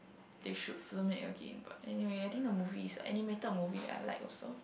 they should film it again but anyway I think the movie is animated movie that I like also